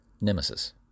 Nemesis